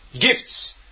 gifts